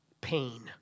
pain